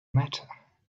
matter